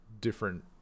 different